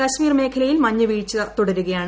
കശ്മീർ മേഖലയിൽ മഞ്ഞുവീഴ്ച തുടരുകയാണ്